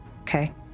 Okay